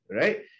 Right